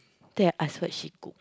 there I thought she cook